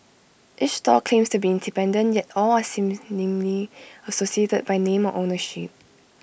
each stall claims to be independent yet all are seemingly associated by name or ownership